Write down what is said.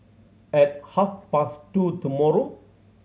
at half past two tomorrow